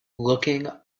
looking